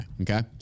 okay